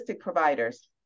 providers